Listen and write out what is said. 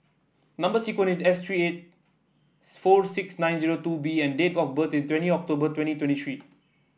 number sequence is S three eight four six nine zero two B and date of birth is twenty October twenty twenty three